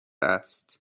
است